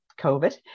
COVID